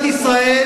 מדינת ישראל.